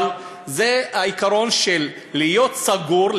אבל זה העיקרון של להיות סגור,